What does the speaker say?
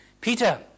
Peter